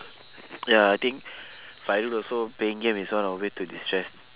ya I think fairul also playing game is one of the way to destress